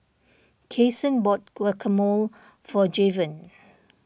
Kasen bought Guacamole for Javon